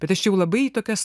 bet aš jau labai tokias